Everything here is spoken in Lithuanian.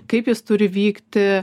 kaip jis turi vykti